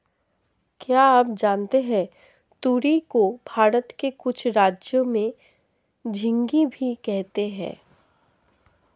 क्या आप जानते है तुरई को भारत के कुछ राज्यों में झिंग्गी भी कहते है?